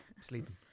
sleeping